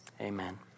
amen